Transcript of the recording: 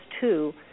two